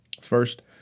First